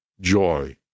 joy